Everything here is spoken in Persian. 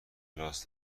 کلاس